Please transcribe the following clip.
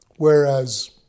whereas